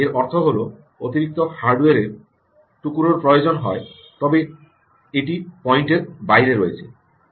এর অর্থ হল অতিরিক্ত হার্ডওয়ারের টুকরোর প্রয়োজন হয় তবে এটি পয়েন্টের বাইরে রয়েছে